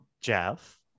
Jeff